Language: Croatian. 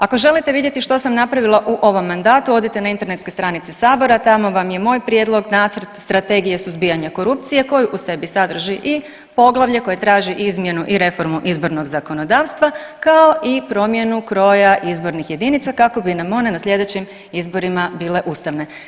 Ako želite vidjeti što sam napravila u ovom mandatu odite na internetske stranice sabora tamo vam je moj prijedlog nacrt Strategije suzbijanja korupcije koji u sebi sadrži i poglavlje koje traže izmjenu i reformu izbornog zakonodavstva, kao i promjenu kroja izbornih jedinica kako bi nam one na slijedećim izborima bile ustavne.